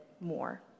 more